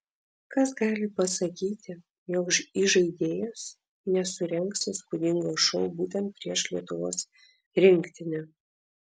kas gali pasakyti jog įžaidėjas nesurengs įspūdingo šou būtent prieš lietuvos rinktinę